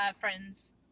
friends